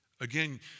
Again